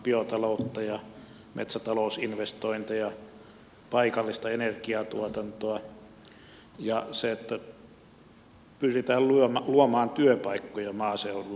biotaloutta ja metsätalousinvestointeja paikallista energiatuotantoa ja se että pyritään luomaan työpaikkoja maaseudulle